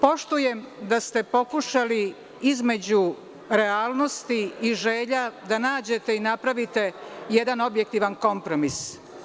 Poštujem da ste pokušali između realnosti i želja da nađete i napravite jedan objektivan kompromis.